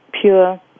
pure